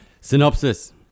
Synopsis